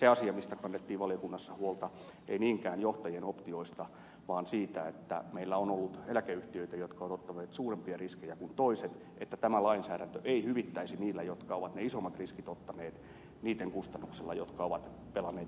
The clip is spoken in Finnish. toisekseen valiokunnassa kannettiin huolta ei niinkään johtajien optioista vaan siitä että meillä on ollut eläkeyhtiöitä jotka ovat ottaneet suurempia riskejä kuin toiset ja että tämä lainsäädäntö ei hyvittäisi niille jotka ovat ne isommat riskit ottaneet niitten kustannuksella jotka ovat pelanneet enemmän varman päälle